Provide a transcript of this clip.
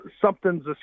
something's